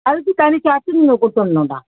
அதுக்கு தனி சார்ஜு நீங்கள் கொடுத்துட்ணும்டா